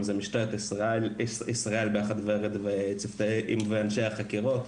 אם זה משטרת ישראל ביחד עם אנשי החקירות,